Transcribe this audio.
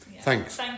Thanks